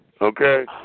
okay